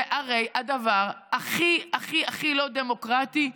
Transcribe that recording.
זה הרי הדבר הכי הכי הכי לא דמוקרטי.